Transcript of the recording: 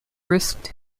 risked